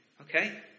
Okay